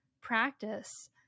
practice